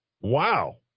Wow